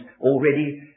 already